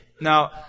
Now